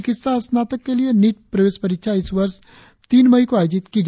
चिकित्सा स्नातक के लिए नीट प्रवेश परीक्षा इस वर्ष तीन मई को आयोजित की जाएगी